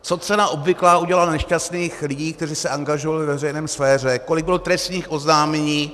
Co cena obvyklá udělala nešťastných lidí, kteří se angažovali ve veřejné sféře, kolik bylo trestních oznámení.